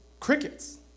crickets